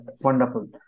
wonderful